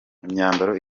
imyambaro